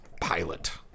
pilot